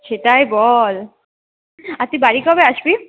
সেটাই বল আর তুই বাড়ি কবে আসবি